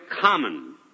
common